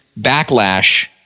backlash